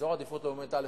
אזור עדיפות לאומית א',